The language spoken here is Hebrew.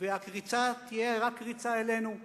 והקריצה תהיה רק קריצה אלינו,